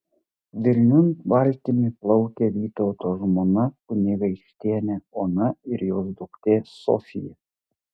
vilniun valtimi plaukia vytauto žmona kunigaikštienė ona ir jos duktė sofija